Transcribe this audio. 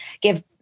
give